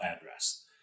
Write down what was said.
address